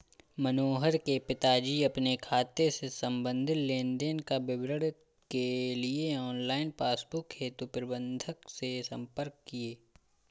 मनोहर के पिताजी अपने खाते से संबंधित लेन देन का विवरण के लिए ऑनलाइन पासबुक हेतु प्रबंधक से संपर्क किए